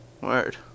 Word